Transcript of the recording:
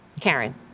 Karen